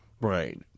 Right